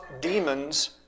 demons